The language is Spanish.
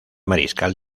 mariscal